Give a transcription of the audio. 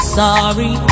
sorry